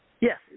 yes